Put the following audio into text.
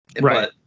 right